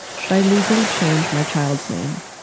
should i legally change my child's name?